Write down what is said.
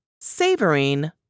savoring